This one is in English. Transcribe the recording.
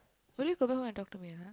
will you go back home and talk to me or not